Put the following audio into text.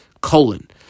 colon